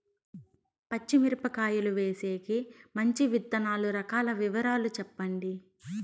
పచ్చి మిరపకాయలు వేసేకి మంచి విత్తనాలు రకాల వివరాలు చెప్పండి?